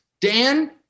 Dan